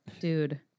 Dude